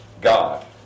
God